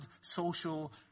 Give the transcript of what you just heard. social